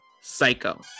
psycho